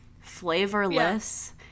flavorless